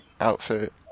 outfit